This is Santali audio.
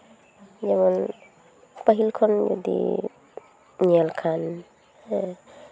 ᱡᱮᱢᱚᱱ ᱯᱟᱹᱦᱤᱞ ᱠᱷᱚᱱ ᱡᱩᱫᱤ ᱧᱮᱠᱷᱟᱱ ᱦᱮᱸ